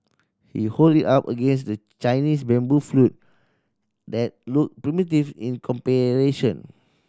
he hold it up against the Chinese bamboo flute that look primitive in comparison